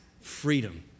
freedom